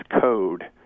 code